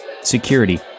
Security